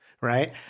right